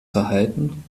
verhalten